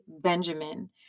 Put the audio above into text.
Benjamin